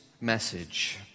message